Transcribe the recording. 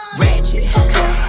ratchet